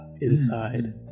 inside